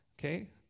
Okay